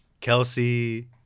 Kelsey